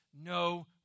no